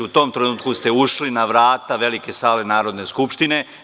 U tom trenutku ste ušli na vrata Velike sale Narodne skupštine.